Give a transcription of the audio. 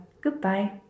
Goodbye